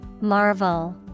Marvel